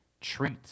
treat